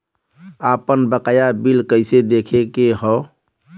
आपन बकाया बिल कइसे देखे के हौ?